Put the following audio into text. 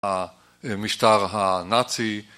המשטר הנאצי